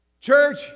Church